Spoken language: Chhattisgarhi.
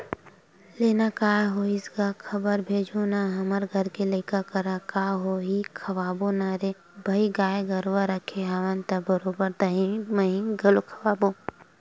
लेना काय होइस गा खबर भेजहूँ ना हमर घर लइका करा का होही खवाबो ना रे भई गाय गरुवा रखे हवन त बरोबर दहीं मही घलोक खवाबो